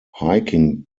hiking